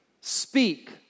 speak